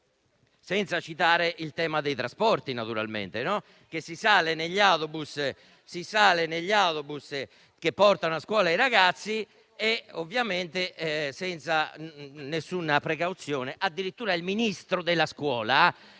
senza citare il tema dei trasporti, naturalmente. Si sale sugli autobus che portano a scuola i ragazzi ovviamente senza nessuna precauzione. Addirittura il Ministro dell'istruzione